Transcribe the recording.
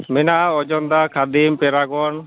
ᱢᱮᱱᱟᱜ ᱚᱡᱚᱱᱫᱟ ᱠᱷᱟᱫᱤᱢ ᱯᱮᱨᱟᱜᱚᱱ